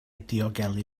diogelu